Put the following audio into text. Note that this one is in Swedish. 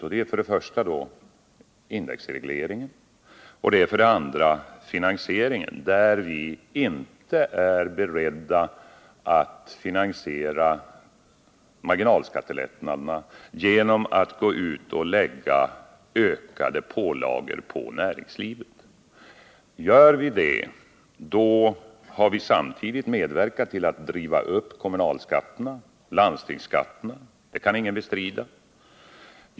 Det gäller för det första indexregleringen och för det andra finansieringen — vi är inte beredda att finansiera marginalskattelättnaderna genom att lägga ökade pålagor på näringslivet. Gör vi det, medverkar vi nämligen samtidigt till att driva upp kommunalskatterna och landstingsskatterna — det kan ingen bestrida.